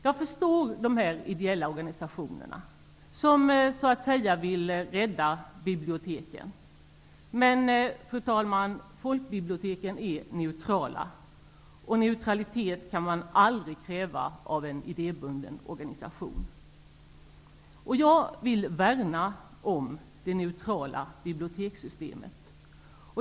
Jag förstår dessa ideella organisationer som så att säga vill rädda biblioteken. Men folkbiblioteken är neutrala och neutralitet kan man aldrig kräva av en idébunden organisation. Jag vill värna om det neutrala bibliotekssystemet.